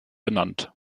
benannt